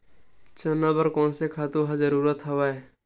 चना बर कोन से खातु के जरूरत हवय?